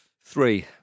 Three